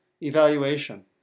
evaluation